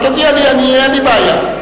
תודיע לי, אין לי בעיה.